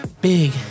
Big